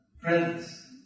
friends